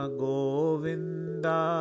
govinda